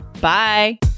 Bye